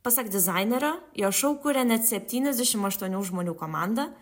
pasak dizainerio jo šou kuria net septyniasdešimt aštuonių žmonių komandą